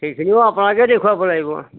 সেইখিনিও আপোনালোকেই দেখুৱাব লাগিব